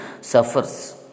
suffers